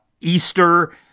Easter